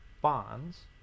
bonds